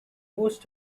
most